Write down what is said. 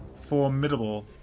formidable